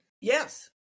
Yes